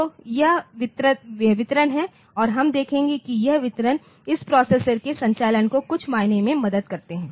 तो यह वितरण है और हम देखेंगे कि यह वितरण इस प्रोसेसर के संचालन को कुछ मायने में मदद करता है